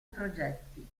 progetti